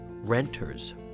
renters